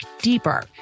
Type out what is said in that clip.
deeper